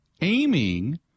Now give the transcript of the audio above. aiming